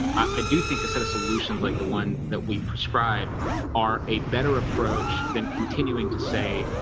i do think a set of solutions like the one that we prescribe are a better approach than continuing to say?